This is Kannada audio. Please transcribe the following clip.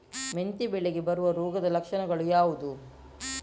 ಮೆಂತೆ ಬೆಳೆಗೆ ಬರುವ ರೋಗದ ಲಕ್ಷಣಗಳು ಯಾವುದು?